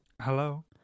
Hello